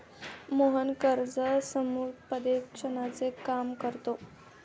मोहन कर्ज समुपदेशनाचे काम करतो